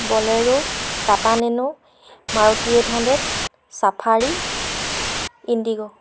bolero Tata nano Maruti eight hundred safari indigo